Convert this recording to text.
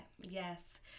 Yes